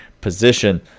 position